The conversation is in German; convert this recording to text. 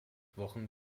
wochen